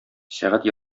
сәгать